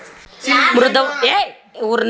ಮೃದುವಾದ ಗಿಡಕ್ಕ ಉದಾಹರಣೆ ಅಂದ್ರ ಅನಾನಸ್ ಗಿಡಾ ಲಾರ್ಚ ಗಿಡಾ